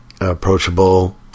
approachable